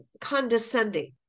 condescending